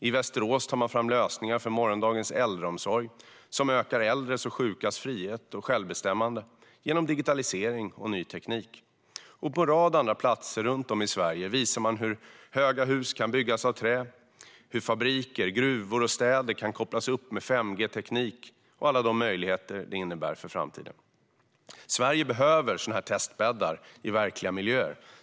I Västerås tar man fram lösningar för morgondagens äldreomsorg, som ökar äldres och sjukas frihet och självbestämmande genom digitalisering och ny teknik. På en rad andra platser runt om i Sverige visar man hur höga hus kan byggas av trä, hur fabriker, gruvor och städer kan kopplas upp med 5G-teknik och alla de möjligheter det innebär för framtiden. Sverige behöver sådana här testbäddar i verkliga miljöer.